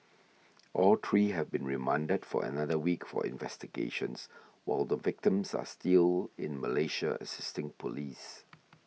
all three have been remanded for another week for investigations while the victims are still in Malaysia assisting police